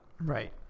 Right